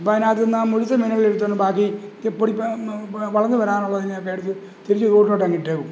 അപ്പം അതിനകത്തു നിന്ന് ആ മുഴുത്ത മീനുകളെടുത്തുകൊണ്ട് ബാക്കി ഈ പൊടി വളർന്നു വരാനുള്ളതിനെയൊക്കെ എടുത്ത് തിരിച്ച് തോട്ടിലോട്ടങ്ങിട്ടേക്കും